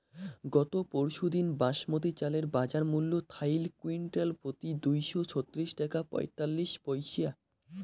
গত পরশুদিন বাসমতি চালের বাজারমূল্য থাইল কুইন্টালপ্রতি দুইশো ছত্রিশ টাকা পঁয়তাল্লিশ পইসা